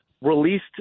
released